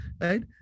right